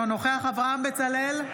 אינו נוכח אברהם בצלאל,